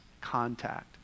contact